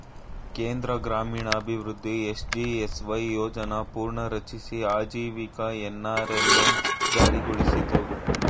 ಕೇಂದ್ರ ಗ್ರಾಮೀಣಾಭಿವೃದ್ಧಿ ಎಸ್.ಜಿ.ಎಸ್.ವೈ ಯೋಜ್ನ ಪುನರ್ರಚಿಸಿ ಆಜೀವಿಕ ಎನ್.ಅರ್.ಎಲ್.ಎಂ ಜಾರಿಗೊಳಿಸಿದ್ರು